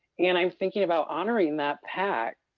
and i'm thinking about honoring that pack.